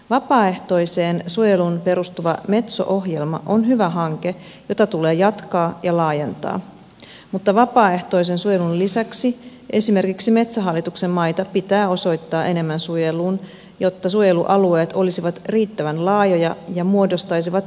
vapaaehtoiseen suojeluun perustuva metso ohjelma on hyvä hanke jota tulee jatkaa ja laajentaa mutta vapaaehtoisen suojelun lisäksi esimerkiksi metsähallituksen maita pitää osoittaa enemmän suojeluun jotta suojelualueet olisivat riittävän laajoja ja muodostaisivat verkoston